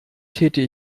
täte